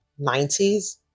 90s